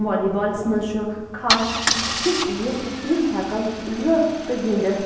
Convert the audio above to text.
والی بالَس منٛز چھُ خاص اَکھ یہِ چیٖز یہِ ہٮ۪کَن زٕ تہِ گِنٛدِتھ